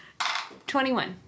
21